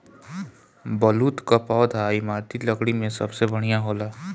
बलूत कअ पौधा इमारती लकड़ी में सबसे बढ़िया होला